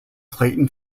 clayton